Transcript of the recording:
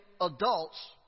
adults